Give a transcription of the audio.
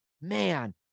man